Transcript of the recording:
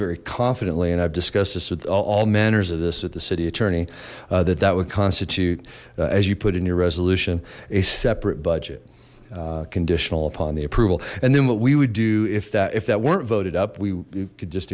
very confidently and i've discussed this with all manners of this with the city attorney that that would constitute as you put in your resolution a separate budget conditional upon the approval and then what we would do if that if that weren't voted up we could just